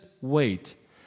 wait